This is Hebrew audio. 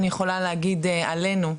אני יכולה להגיד עלינו,